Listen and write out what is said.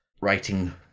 writing